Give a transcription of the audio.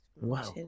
Wow